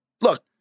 Look